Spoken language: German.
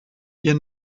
ihr